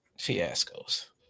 Fiascos